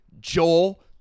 Joel